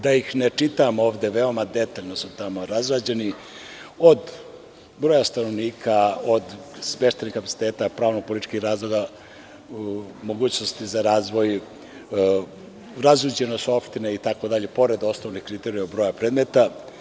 Da ih ne čitam sada ovde, detaljno su tamo razrađeni, od broja stanovnika, od smeštajnih kapaciteta, mogućnosti za razvoj, razuđenost opština itd, pored osnovnih kriterijuma broja predmeta.